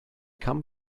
come